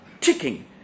ticking